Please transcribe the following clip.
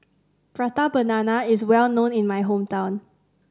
Prata Banana is well known in my hometown